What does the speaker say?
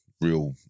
real